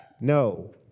No